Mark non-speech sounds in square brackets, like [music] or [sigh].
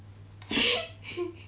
[laughs]